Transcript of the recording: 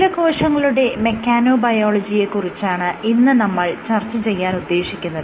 മൂലകോശങ്ങളുടെ മെക്കാനൊബയോളജിയെ കുറിച്ചാണ് ഇന്ന് നമ്മൾ ചർച്ചചെയ്യാൻ ഉദ്ദേശിക്കുന്നത്